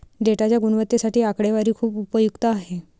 डेटाच्या गुणवत्तेसाठी आकडेवारी खूप उपयुक्त आहे